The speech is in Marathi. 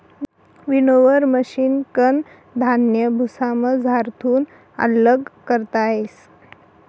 विनोवर मशिनकन धान्य भुसामझारथून आल्लग करता येस